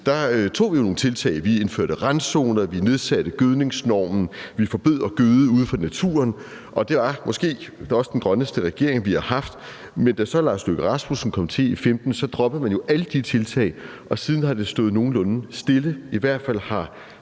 Vi indførte randzoner. Vi nedsatte gødningsnormen. Vi forbød at gøde ude i naturen. Det var måske også den grønneste regering, vi har haft. Men da så Lars Løkke Rasmussen kom til i 2015, droppede man jo alle de tiltag, og siden har det stået nogenlunde stille.